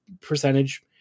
percentage